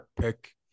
pick